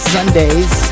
Sundays